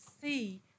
see